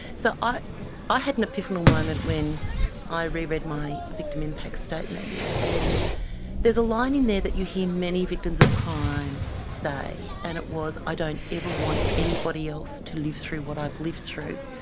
so i i had an epiphanal moment when i reread my victim impact statement, and there's a line in that you hear many victims of crime say, and it was i don't ever want anybody else to live through what i've lived through,